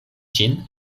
ĝin